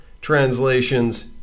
translations